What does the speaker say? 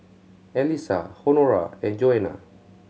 Elissa Honora and Joana